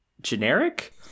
generic